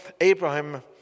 Abraham